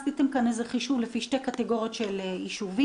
עשיתם חישוב לפי שתי קטגוריות של יישובים.